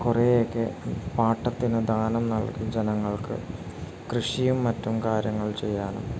കുറേയൊക്കെ പാട്ടത്തിന് ദാനം നൽകിയും ജനങ്ങൾക്ക് കൃഷിയും മറ്റും കാര്യങ്ങൾ ചെയ്യാനും